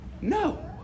No